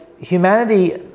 humanity